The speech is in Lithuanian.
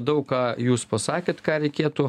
daug ką jūs pasakėt ką reikėtų